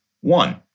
One